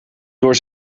door